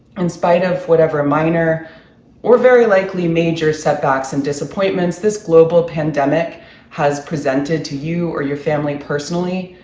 in spite of whatever minor or very likely major setbacks and disappointments this global pandemic has presented to you or your family personally,